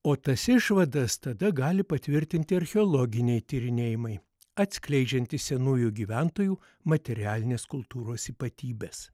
o tas išvadas tada gali patvirtinti archeologiniai tyrinėjimai atskleidžiantys senųjų gyventojų materialinės kultūros ypatybes